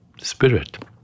spirit